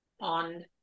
on